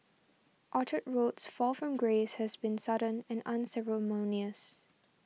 Orchard Road's fall from grace has been sudden and unceremonious